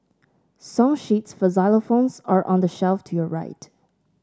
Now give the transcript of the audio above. song sheets for xylophones are on the shelf to your right